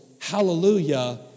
hallelujah